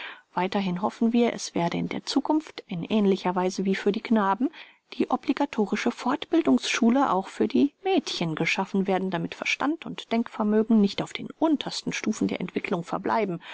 weiterhin hoffen wir es werde in der zukunft in ähnlicher weise wie für die knaben die obligatorische fortbildungsschule auch für die mädchen geschaffen werden damit verstand und denkvermögen nicht auf den untersten stufen der entwicklung verbleiben